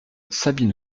sabine